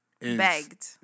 Begged